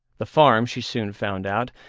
the farm, she soon found out,